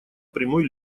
прямой